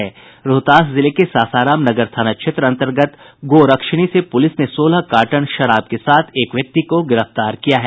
रोहतास जिले के सासाराम नगर थाना क्षेत्र अंतर्गत गोरक्षिणी से पुलिस ने सोलह कार्टन शराब के साथ एक व्यक्ति को गिरफ्तार किया है